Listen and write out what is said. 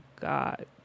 God